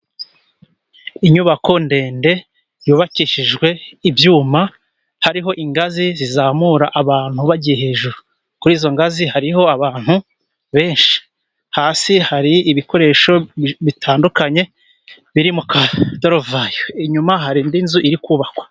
Inyubako ndende yubakishijwe ibyuma hariho ingazi zizamura abantu bagiye hejuru kuri izo ngazi hariho abantu benshi hasi hari ibikoresho bitandukanye biri mu kaduruvayo inyuma hari indi nzu iri kubakwa